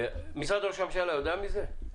משרד ראש הממשלה יודע על כך?